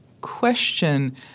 question